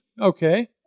Okay